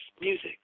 music